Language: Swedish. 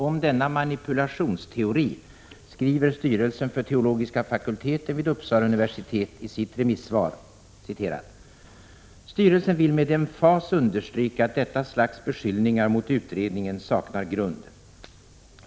Om denna manipulationsteori skriver styrelsen för teologiska fakulteten vid Uppsala universitet i sitt remissvar: ”Styrelsen vill med emfas understryka att detta slags beskyllningar mot utredningen saknar grund.